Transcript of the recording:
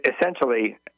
essentially